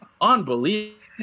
Unbelievable